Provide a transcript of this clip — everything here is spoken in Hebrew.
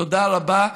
תודה רבה.